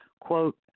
quote